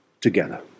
together